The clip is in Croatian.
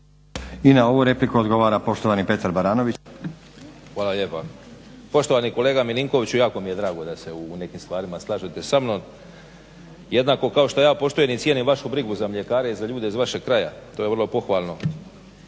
I na ovu repliku odgovara poštovani Petar Baranović. **Baranović, Petar (HNS)** Hvala lijepa. Poštovani kolega MIlinkoviću jako mi je drago da se u nekim stvarima slažete sa mnom. Jednako kao što ja poštujem i cijenim vašu brigu za mljekara i za ljude iz vašeg kraja, to je vrlo pohvalno.